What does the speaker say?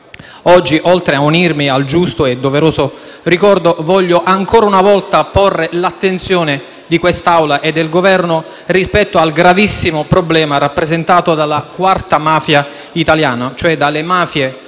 Oggi, oltre a unirmi al giusto e doveroso ricordo, voglio ancora una volta richiamare l'attenzione di quest'Assemblea e del Governo rispetto al gravissimo problema rappresentato dalla quarta mafia italiana, ovvero le mafie della